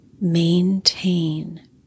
maintain